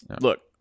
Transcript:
Look